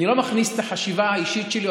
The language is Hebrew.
אני לא מכניס את החשיבה האישית שלי,